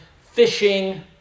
fishing